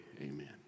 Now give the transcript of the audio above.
amen